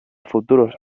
futuros